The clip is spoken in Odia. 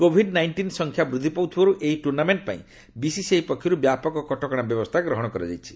କୋଭିଡ୍ ନାଇଷ୍ଟିନ୍ ସଂଖ୍ୟା ବୃଦ୍ଧି ପାଉଥିବାରୁ ଏହି ଟୁର୍ଣ୍ଣାମେଣ୍ଟ ପାଇଁ ବିସିସିଆଇ ପକ୍ଷରୁ ବ୍ୟାପକ କଟକଣା ବ୍ୟବସ୍ଥା ଗ୍ରହଣ କରାଯାଇଛି